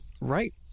right